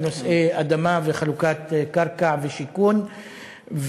בנושאי אדמה וחלוקת קרקע ושיכון,